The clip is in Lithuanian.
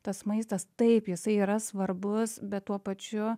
tas maistas taip jisai yra svarbus bet tuo pačiu